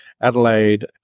Adelaide